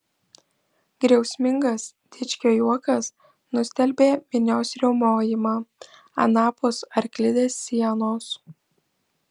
griausmingas dičkio juokas nustelbė minios riaumojimą anapus arklidės sienos